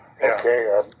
Okay